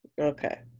Okay